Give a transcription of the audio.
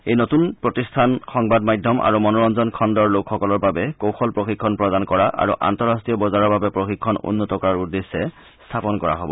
এই নতুন প্ৰতিষ্ঠান সংবাদ মাধ্যম আৰু মনোৰঞ্জন খণুৰ লোকসকলৰ বাবে কৌশল প্ৰশিক্ষণ প্ৰদান কৰা আৰু আন্তঃৰাষ্ট্ৰীয় বজাৰৰ বাবে প্ৰশিক্ষণ উন্নত কৰাৰ উদ্দেশ্যে স্থাপন কৰা হ'ব